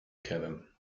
kennen